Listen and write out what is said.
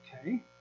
okay